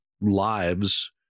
lives